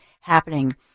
happening